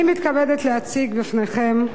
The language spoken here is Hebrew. אני מתכבדת להציג בפניכם,